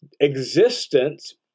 existence